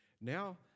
Now